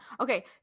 Okay